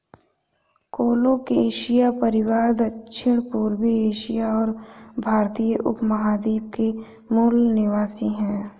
colocasia परिवार दक्षिणपूर्वी Asia और भारतीय उपमहाद्वीप के मूल निवासी है